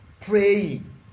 Praying